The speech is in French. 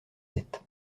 sept